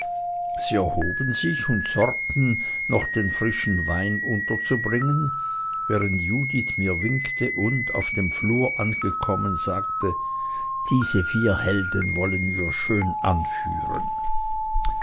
sie erhoben sich und sorgten noch den frischen wein unterzubringen während judith mir winkte und auf dem flur angekommen sagte diese vier heiden wollen wir schön anführen